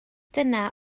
dyna